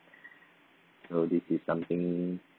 so this is something